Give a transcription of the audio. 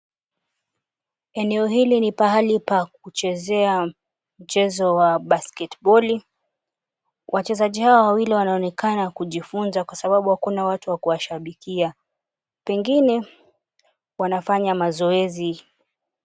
Eneo hili ni pahali pa kuchezea mchezo wa basketball wachezaji hawa wawili wanaonekana kujifunza kwa sababu hakuna watu wa kuwa shabikia. Pengine wanafanya mazoezi.